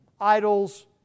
Idols